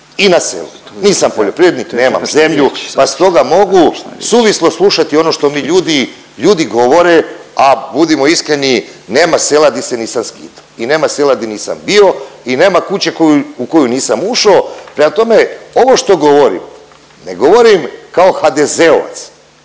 i na selu, nisam poljoprivrednik, nemam zemlju, pa stoga mogu suvislo slušati ono što mi ljudi, ljudi govore, a budimo iskreni nema sela di se nisam skito i nema sela di nisam bio i nema kuće u koju nisam ušo. Prema tome, ovo što govorim, ne govorim kao HDZ-ovac,